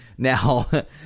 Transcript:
Now